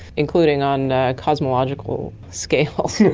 including on cosmological scales.